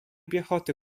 piechoty